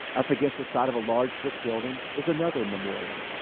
up against a side of a large brick building is another memorial,